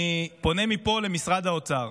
אני פונה מפה למשרד האוצר,